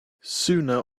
sooner